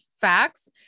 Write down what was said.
facts